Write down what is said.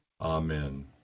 Amen